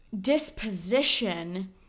disposition